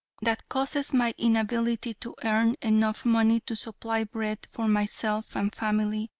that causes my inability to earn enough money to supply bread for myself and family,